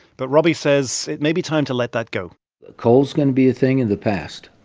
but robby says it may be time to let that go coal's going to be a thing in the past.